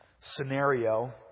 scenario